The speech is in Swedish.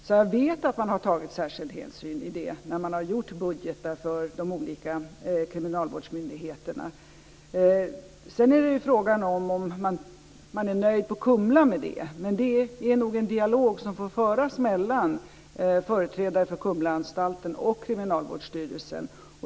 Jag vet att man har tagit särskild hänsyn till detta när man har gjort budgetar för de olika kriminalvårdsmyndigheterna. Sedan är det fråga om huruvida man är nöjd på Kumla med det. Men det är nog en dialog som får föras mellan företrädare för Kumlaanstalten och Kriminalvårdsstyrelsen.